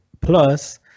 plus